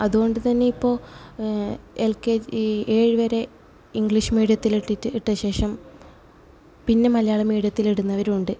അതുകൊണ്ട്തന്നെ ഇപ്പോൾ L K G ഏഴ്വരെ ഇംഗ്ലീഷ് മീഡിയത്തിൽ ഇട്ടിട്ട് ഇട്ട ശേഷം പിന്നെ മലയാളം മീഡിയത്തിൽ ഇടുന്നവരും ഉണ്ട്